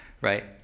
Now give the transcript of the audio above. right